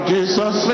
Jesus